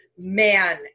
man